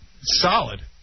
Solid